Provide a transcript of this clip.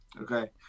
okay